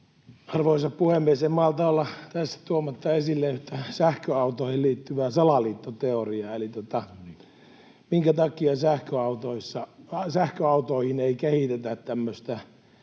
Arvoisa puhemies! En malta olla tässä tuomatta esille yhtä sähköautoihin liittyvää salaliittoteoriaa, eli että minkä takia sähköautoihin ei kehitetä tämmöistä